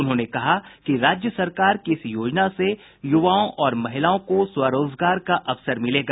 उन्होंने कहा कि राज्य सरकार की इस योजना से युवाओं और महिलाओं को स्वरोजगार का अवसर मिलेगा